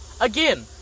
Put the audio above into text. Again